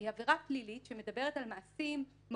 היא עבירה פלילית שמדברת על מעשים מהותיים,